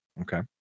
Okay